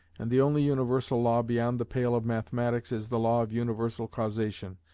and the only universal law beyond the pale of mathematics is the law of universal causation,